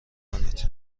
کنید